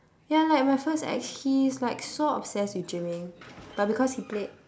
ya like my first ex he is like so obsessed with gymming but because he played